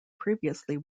previously